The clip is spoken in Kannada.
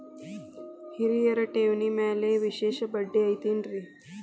ಹಿರಿಯರ ಠೇವಣಿ ಮ್ಯಾಲೆ ವಿಶೇಷ ಬಡ್ಡಿ ಐತೇನ್ರಿ?